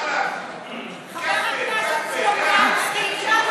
חבר הכנסת סלומינסקי,